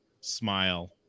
smile